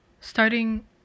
starting